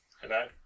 Hello